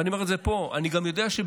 ואני אומר את זה פה: אני יודע שבזמנו,